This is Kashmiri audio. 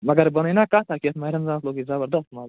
مگر بہٕ وَنَے نا کَتھ اَکھ ییٚتھ ماہِ رمضانَس لوٚگٕے زبردست مَزٕ